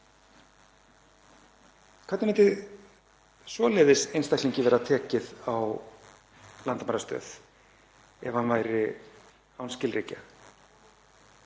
Hvernig myndi svoleiðis einstaklingi verða tekið á landamærastöð ef hann væri án skilríkja?